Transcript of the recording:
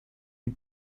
you